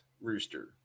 rooster